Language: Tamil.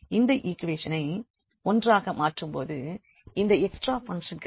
இந்த ஈக்குவேஷனை ஒன்றாக மாற்றும்போது இந்த எக்ஸ்ட்ரா பங்க்ஷன் கிடைக்கும்